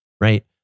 right